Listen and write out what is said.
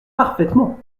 parfaitement